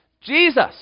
Jesus